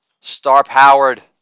star-powered